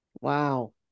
Wow